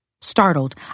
Startled